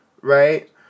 right